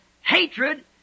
hatred